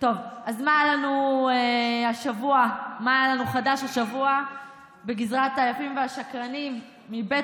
אז מה היה חדש השבוע בגזרת היפים והשקרנים מבית